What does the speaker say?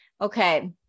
Okay